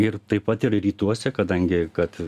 ir taip pat ir rytuose kadangi kad